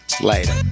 Later